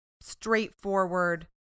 straightforward